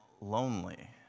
lonely